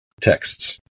texts